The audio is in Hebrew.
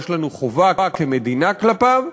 יש לנו חובה כמדינה כלפיו,